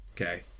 okay